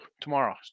tomorrow